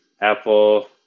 Apple